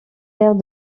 aires